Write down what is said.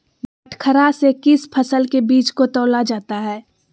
बटखरा से किस फसल के बीज को तौला जाता है?